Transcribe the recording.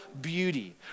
beauty